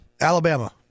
Alabama